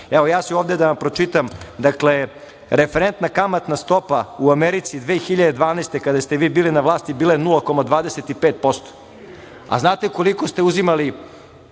Evo, ja ću ovde da vam pročitam, dakle, referentna kamatna stopa u Americi 2012. godine kada ste vi bili na vlasti bila je 0,25%. A znate koliko ste uzimali